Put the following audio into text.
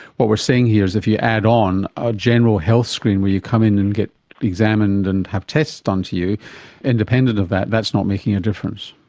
what we're saying here is if you add on a general health screen where you come in and get examined and have tests done to you independent of that, that's not making a difference.